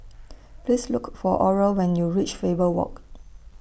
Please Look For Oral when YOU REACH Faber Walk